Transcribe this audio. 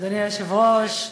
אדוני היושב-ראש,